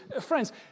Friends